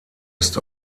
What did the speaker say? ist